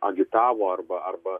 agitavo arba arba